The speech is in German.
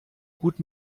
gut